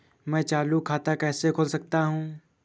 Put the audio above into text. मैं चालू खाता कैसे खोल सकता हूँ?